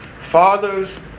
Fathers